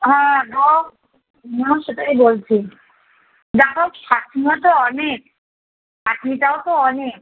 হ্যাঁ বলো মা সেটাই বলছে যাইহোক খাটনিও তো অনেক খাটনিটাও তো অনেক